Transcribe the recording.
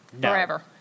Forever